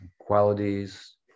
qualities